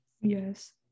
Yes